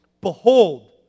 Behold